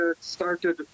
started